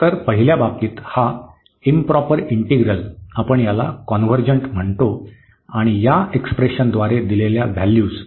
तर पहिल्या बाबतीत हा इंप्रॉपर इंटिग्रल आपण याला कॉन्व्हर्जंट म्हणतो आणि या एक्सप्रेशनद्वारे दिलेल्या व्हॅल्यूज